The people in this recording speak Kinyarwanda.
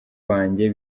wanjye